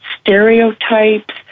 stereotypes